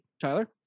tyler